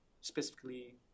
specifically